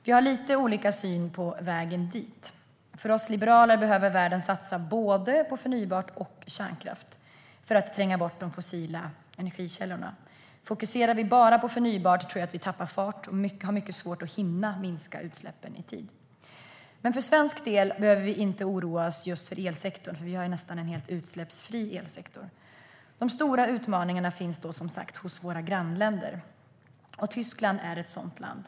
Vi har lite olika syn på vägen dit. För oss liberaler behöver världen satsa både på förnybar energi och på kärnkraft för att tränga bort de fossila energikällorna. Fokuserar vi bara på förnybart tror jag att vi tappar fart och kommer att få mycket svårt att hinna minska utsläppen i tid. För svensk del behöver vi inte oroa oss just för elsektorn. Vi har nästan en helt utsläppsfri elsektor. De stora utmaningarna finns, som sagt, hos våra grannländer. Tyskland är ett sådant land.